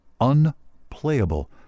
unplayable